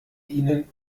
ihnen